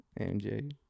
MJ